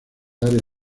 área